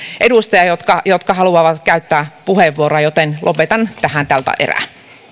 edustajaa jotka jotka haluavat käyttää puheenvuoron joten lopetan tähän tältä erää